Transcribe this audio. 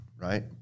right